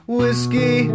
whiskey